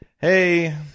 hey